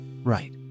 Right